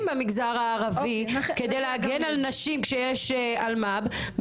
במגזר הערבי כדי להגן על נשים כשיש אלמ"פ.